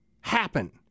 happen